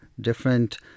different